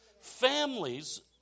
Families